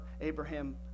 Abraham